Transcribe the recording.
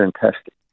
fantastic